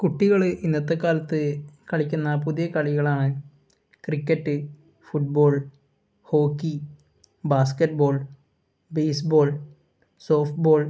കുട്ടികൾ ഇന്നത്തെ കാലത്ത് കളിക്കുന്ന പുതിയ കളികളാണ് cricket football hockey basketball baseball softball